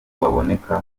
baboneka